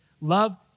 love